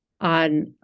on